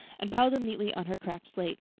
and piled them neatly on her cracked slate.